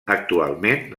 actualment